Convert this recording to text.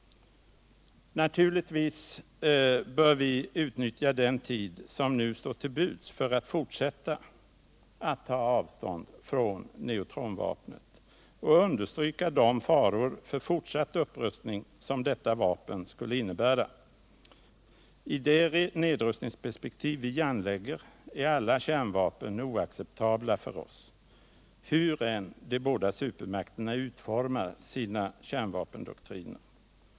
Naturligtvis bör vi utnyttja den tid som nu står till buds för att fortsätta att ta avstånd från neutronvapnet och understryka de faror för fortsatt upprustning som detta vapen skulle innebära. I det nedrustningsperspektiv vi anlägger är alla kärnvapen oacceptabla för oss, hur de båda supermakterna än utformar sina kärnvapendoktriner.